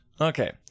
Okay